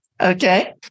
Okay